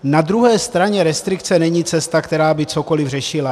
Na druhé straně restrikce není cesta, která by cokoliv řešila.